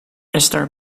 esther